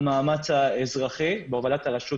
במאמץ האזרחי, בהובלת הרשות